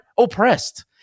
Oppressed